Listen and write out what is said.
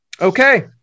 Okay